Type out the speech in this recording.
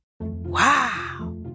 Wow